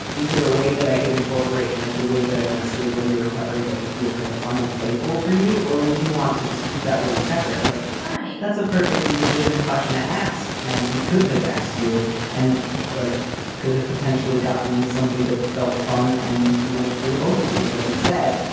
is there a way that i could incorporate, like the way that i masturbate while you're recovering that would feel kind of fun and playful for you? or would you want to just keep that really separate like mine? that's a perfectly legitimate question to ask. and he could have asked you and blake like could have potentially gotten something that felt fun and light for the both of you. but instead,